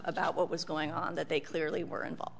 about what was going on that they clearly were involved